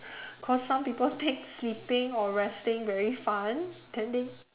cause some people take sleeping or resting very fun tending